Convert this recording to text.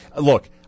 Look